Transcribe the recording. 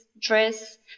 dress